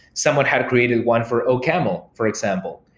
someone had created one for ocaml, for example.